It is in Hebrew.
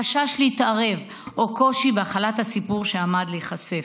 חשש להתערב או קושי בהכלת הסיפור שעמד להיחשף.